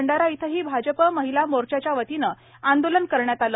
भंडारा इथेही भाजप महिला मोर्चाच्या वतीने आंदोलन करण्यात आले